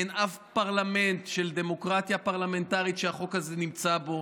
אין אף פרלמנט של דמוקרטיה פרלמנטרית שהחוק הזה נמצא בו.